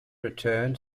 return